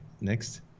Next